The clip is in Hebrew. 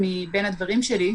בישראל.